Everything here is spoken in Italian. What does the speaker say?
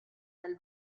dal